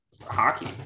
Hockey